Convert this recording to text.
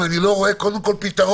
אם אני לא רואה קודם כול פתרון.